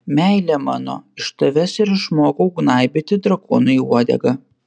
meile mano iš tavęs ir išmokau gnaibyti drakonui uodegą